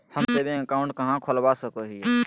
हम saving account कहाँ खोलवा सको हियै?